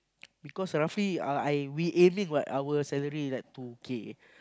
because roughly uh I we aiming our salary like two K